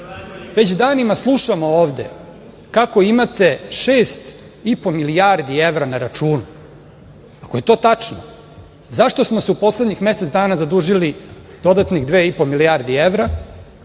danima slušamo ovde kako imate šest i po milijardi evra na računu. Ako je to tačno zašto se u poslednjih mesec dana zadužili dodatnih dve i po milijardi evra